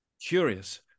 curious